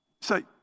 say